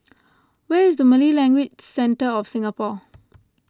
where is Malay Language Centre of Singapore